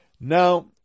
Now